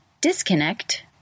disconnect